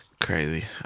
Crazy